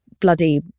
bloody